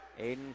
Aiden